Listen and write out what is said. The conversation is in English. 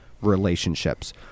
relationships